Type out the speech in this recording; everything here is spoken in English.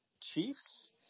Chiefs